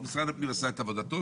משרד הפנים עשה את עבודתו.